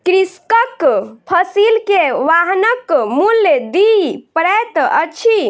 कृषकक फसिल के वाहनक मूल्य दिअ पड़ैत अछि